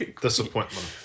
Disappointment